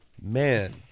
man